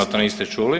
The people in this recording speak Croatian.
to niste čuli.